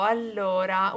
Allora